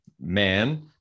man